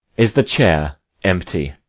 is the chair empty?